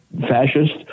fascist